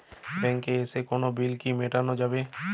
ব্যাংকে এসে কোনো বিল কি মেটানো যাবে?